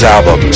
Album